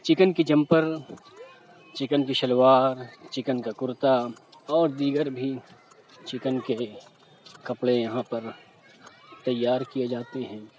chicken کی جمپر چکن کی شلوار چکن کا کرتا اور دیگر بھی چکن کے کپڑے یہاں پر تیار کیے جاتے ہیں